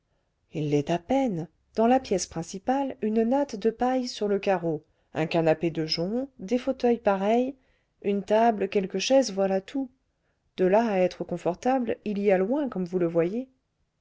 il l'est à peine dans la pièce principale une natte de paille sur le carreau un canapé de jonc des fauteuils pareils une table quelques chaises voilà tout de là à être confortable il y a loin comme vous le voyez